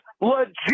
legit